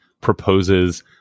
proposes